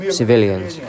civilians